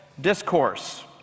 Discourse